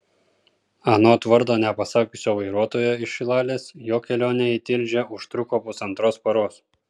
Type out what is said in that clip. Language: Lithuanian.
anot vardo nepasakiusio vairuotojo iš šilalės jo kelionė į tilžę užtruko pusantros paros